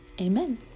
Amen